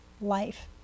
life